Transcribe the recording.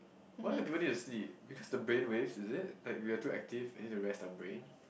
why do people need to sleep because the brainwave is it like we are too active and need to rest the brain